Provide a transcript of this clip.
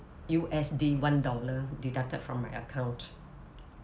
U_S_D one dollar deducted from my account